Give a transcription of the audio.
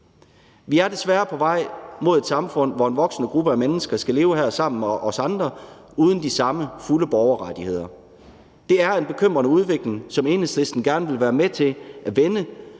Vi er desværre på vej mod et samfund, hvor en voksende gruppe af mennesker skal leve her sammen med os andre uden de samme fulde borgerrettigheder. Det er en bekymrende udvikling, som Enhedslisten gerne vil være med til at vende,